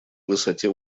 высоте